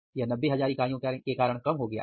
यह 90000 इकाइयों के कारण कम हो गया है